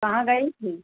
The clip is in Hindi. कहाँ गई थी